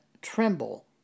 tremble